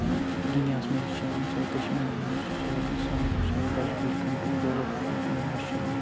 دُنیاہَس مَنٛز یہِ چَلان چاہے کشمیٖرَس مَنٛز چھِ چاہے ہِندوستانَس مَنٛز چاہے بَجہٕ بَجہٕ کَنٛٹِرٛی ڈٮ۪ولَپٕڈ کَنٛٹِرٛیَن منٛز چھِ چَلان